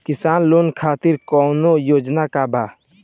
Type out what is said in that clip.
किसान लोग खातिर कौनों योजना बा का?